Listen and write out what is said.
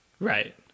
Right